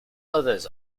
others